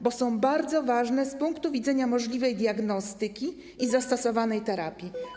Bo są bardzo ważne z punktu widzenia możliwej diagnostyki i zastosowanej terapii.